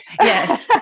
Yes